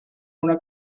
una